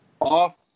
off